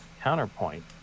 counterpoint